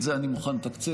את זה אני מוכן לתקצב.